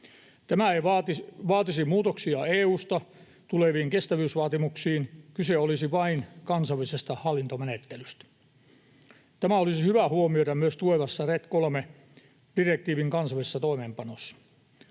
Tämä ei vaatisi muutoksia EU:sta tuleviin kestävyysvaatimuksiin. Kyse olisi vain kansallisesta hallintomenettelystä. Tämä olisi hyvä huomioida myös tulevassa RED III ‑direktiivin kansallisessa toimeenpanossa.